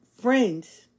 friends